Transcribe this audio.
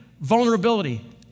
vulnerability